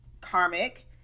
karmic